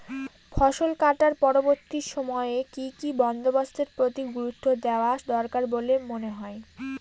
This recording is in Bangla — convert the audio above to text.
ফসলকাটার পরবর্তী সময়ে কি কি বন্দোবস্তের প্রতি গুরুত্ব দেওয়া দরকার বলে মনে হয়?